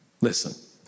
Listen